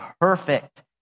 perfect